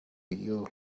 you